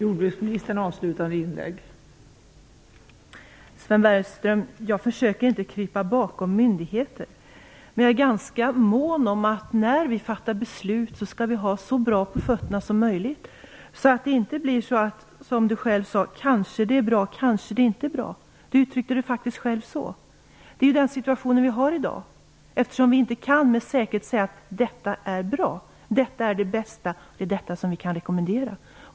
Fru talman! Jag försöker inte, Sven Bergström, krypa bakom myndigheter. Däremot är jag ganska mån om att vi, när vi fattar beslut, skall ha så bra på fötterna som möjligt så att det inte blir, som du själv sade, på det viset att det kanske är bra, kanske inte bra. Du uttryckte dig faktiskt så. Det är alltså den situation vi har i dag. Vi kan ju inte med säkerhet säga att detta är bra, att detta är det bästa och att detta är det som vi kan rekommendera.